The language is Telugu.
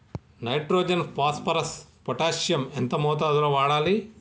నైట్రోజన్ ఫాస్ఫరస్ పొటాషియం ఎంత మోతాదు లో వాడాలి?